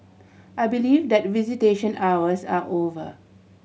I believe that visitation hours are over